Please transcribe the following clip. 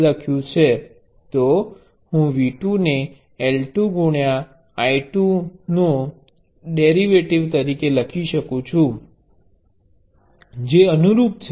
તો હું V 2 ને L2 I 2 નો ટાઇમ ડેરિવેટિવ તરીકે લખી શકું જે અનુરૂપ છે